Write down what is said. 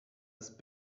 ist